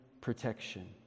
protection